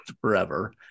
forever